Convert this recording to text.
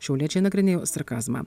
šiauliečiai nagrinėjo sarkazmą